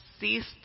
ceased